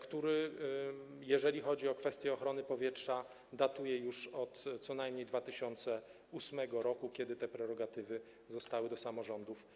który - jeżeli chodzi o kwestie ochrony powietrza - datuję już od co najmniej 2008 r., kiedy te prerogatywy zostały przekazane do samorządów.